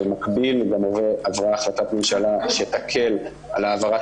במקביל עברה החלטת ממשלה שתקל על העברת